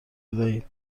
بدهید